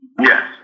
Yes